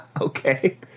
Okay